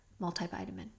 multivitamin